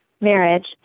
Marriage